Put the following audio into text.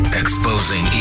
exposing